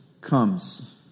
comes